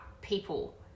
people